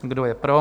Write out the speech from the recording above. Kdo je pro?